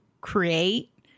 create